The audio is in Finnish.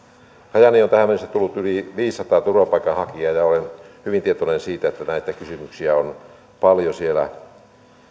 kajaaniin on tähän mennessä tullut yli viisisataa turvapaikanhakijaa ja olen hyvin tietoinen siitä että näitä kysymyksiä on paljon siellä